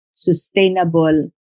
sustainable